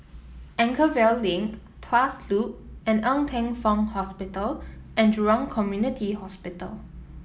Anchorvale Link Tuas Loop and Ng Teng Fong Hospital and Jurong Community Hospital